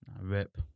Rip